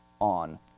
on